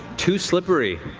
too slippery.